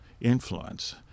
influence